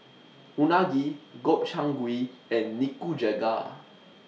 Unagi Gobchang Gui and Nikujaga